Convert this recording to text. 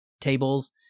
tables